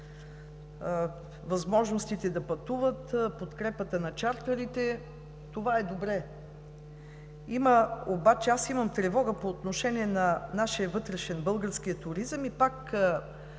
възможностите да пътуват, подкрепата на чартърите е добре, обаче аз имам тревога по нашия вътрешен български туризъм. Пак